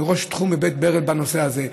ראש תחום בבית ברל בנושא הזה,